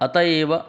अतः एव